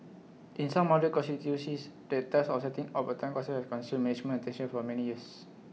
in some other constituencies the task of setting up A Town Council consumed management attention for many years